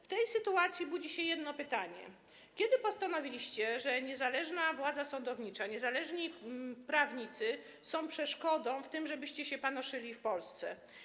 W tej sytuacji rodzi się jedno pytanie: Kiedy postanowiliście, że niezależna władza sądownicza, niezależni prawnicy są przeszkodą w tym, żebyście się panoszyli w Polsce?